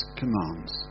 commands